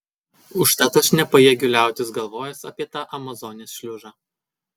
užtat aš nepajėgiu liautis galvojęs apie tą amazonės šliužą